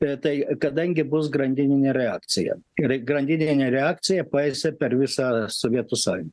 retai kadangi bus grandininė reakcija ir grandininė reakcija paeis ir per visą sovietų sąjungą